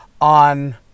on